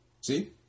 See